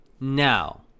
now